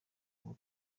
ngo